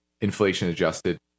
inflation-adjusted